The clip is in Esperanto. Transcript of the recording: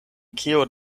kio